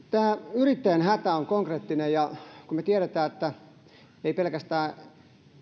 yrittäjän hätä on konkreettinen ja kun me tiedämme että ei pelkästään